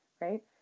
right